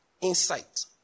insight